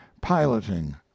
piloting